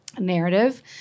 narrative